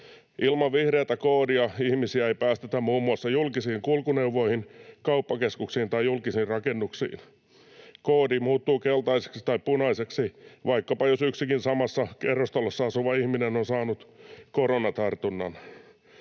Ilman vihreätä koodia ihmisiä ei päästetä muun muassa julkisiin kulkuneuvoihin, kauppakeskuksiin tai julkisiin rakennuksiin. Koodi muuttuu keltaiseksi tai punaiseksi vaikkapa, jos yksikin samassa kerrostalossa asuva ihminen on saanut koronatartunnan.